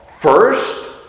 First